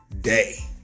Day